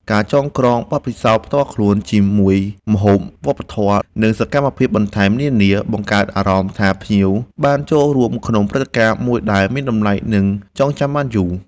ការចងក្រងបទពិសោធន៍ផ្ទាល់ខ្លួនជាមួយអាហារ វប្បធម៌ និងសកម្មភាពបន្ថែមនានា បង្កើតអារម្មណ៍ថាភ្ញៀវបានចូលរួមក្នុងព្រឹត្តិការណ៍មួយដែលមានតម្លៃ និងចងចាំបានយូរ។